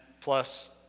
plus